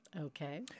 Okay